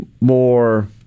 more